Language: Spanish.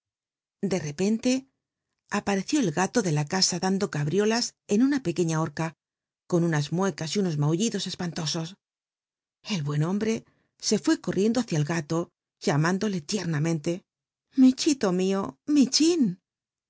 de repcnlc apareció el galo de la casa dando cabriolas en una pequeña horca con unas muecas y unos maullidos espantosos el buen hombre se fué corriendo hitcia el galo llamándole licrna menlc i michilo mio michin